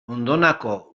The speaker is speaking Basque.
ondonako